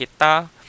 kita